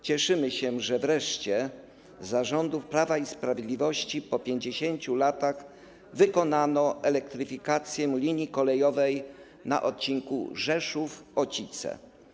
Cieszymy się, że wreszcie za rządów Prawa i Sprawiedliwości po 50 latach wykonano elektryfikację linii kolejowej na odcinku Rzeszów - Ocice.